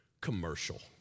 commercial